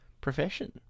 profession